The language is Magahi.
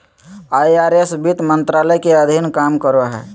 आई.आर.एस वित्त मंत्रालय के अधीन काम करो हय